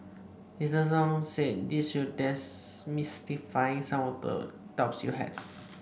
Mister Tong said this will demystify some of the doubts you had